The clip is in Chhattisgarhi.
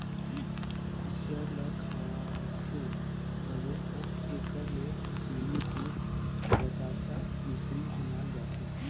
कुसियार ल खाथें घलो अउ एकर ले चीनी, गूर, बतासा, मिसरी बनाल जाथे